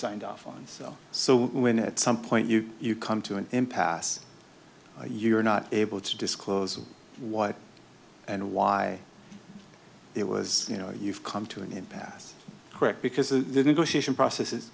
signed off on so so when at some point you you come to an impasse you're not able to disclose what and why it was you know you've come to an impasse correct because the negotiation process is